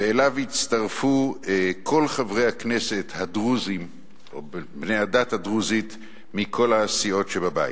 ואליו הצטרפו כל חברי הכנסת בני הדת הדרוזית מכל סיעות הבית.